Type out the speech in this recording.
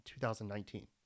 2019